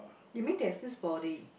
you mean there's this body